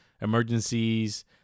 emergencies